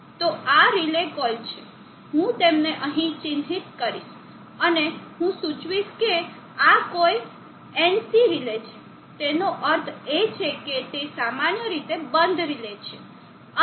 તો આ relay coil છે હું તેમને અહીં ચિહ્નિત કરીશ અને હું સૂચવીશ કે આ કોઈ NC રિલે છે તેનો અર્થ એ છે કે તે સામાન્ય રીતે બંધ રિલે છે